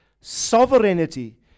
sovereignty